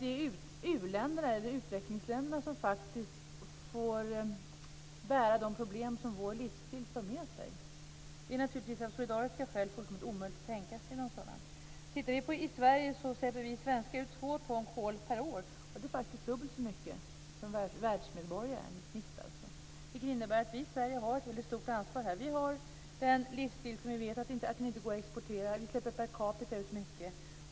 Att det är utvecklingsländerna som faktiskt får bära de problem som vår livsstil för med sig är naturligtvis av solidariska skäl fullkomligt omöjligt att tänka sig. I Sverige släpper vi två ton kol per år, dubbelt så mycket som världsmedborgaren i snitt. Det innebär att vi i Sverige har ett väldigt stort ansvar här. Vi har den livsstil som vi vet inte går att exportera. Vi släpper per capita ut mycket.